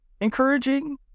Encouraging